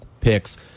picks